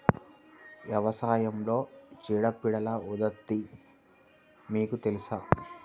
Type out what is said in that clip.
వ్యవసాయంలో చీడపీడల ఉధృతి మీకు తెలుసా?